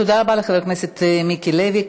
תודה רבה לחבר הכנסת מיקי לוי.